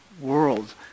world